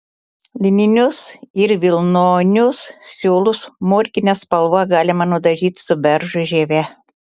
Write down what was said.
lininius ir vilnonius siūlus morkine spalva galima nudažyti su beržo žieve